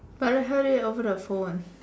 but I heard it over the phone